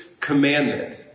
commandment